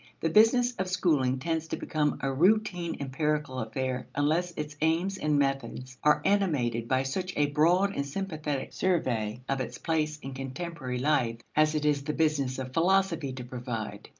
the business of schooling tends to become a routine empirical affair unless its aims and methods are animated by such a broad and sympathetic survey of its place in contemporary life as it is the business of philosophy to provide.